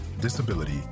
disability